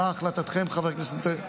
מה החלטתכם, חברי הכנסת?